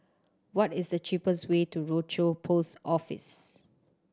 what is the cheapest way to Rochor Post Office